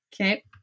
Okay